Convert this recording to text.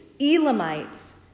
Elamites